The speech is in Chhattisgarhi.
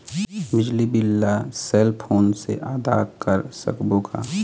बिजली बिल ला सेल फोन से आदा कर सकबो का?